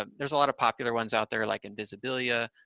ah there's a lot of popular ones out there, like invisbiilia.